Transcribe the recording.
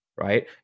right